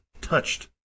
touched